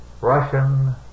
Russian